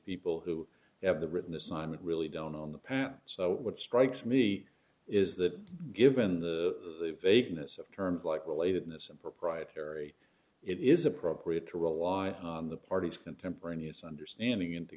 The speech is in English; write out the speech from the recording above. people who have the written assignment really don't own the patent so what strikes me is that given the vagueness of terms like relatedness and proprietary it is appropriate to rely on the parties contemporaneous understanding and to